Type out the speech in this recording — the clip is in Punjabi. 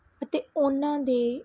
ਅਤੇ ਉਹਨਾਂ ਦੇ